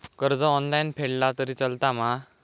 कर्ज ऑनलाइन फेडला तरी चलता मा?